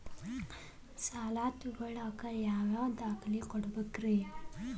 ಸಾಲ ತೊಗೋಳಾಕ್ ಯಾವ ಯಾವ ದಾಖಲೆ ಕೊಡಬೇಕ್ರಿ?